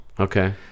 okay